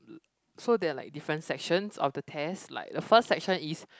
so there are like different sections of the test like the first section is